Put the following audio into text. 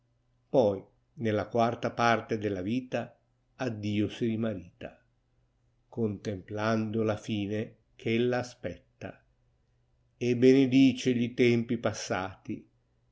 poi nella quarta parte della tita à dio si rimarita contemplando la fine eh ella aspetta benedice gli tempi passali